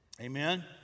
amen